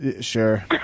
sure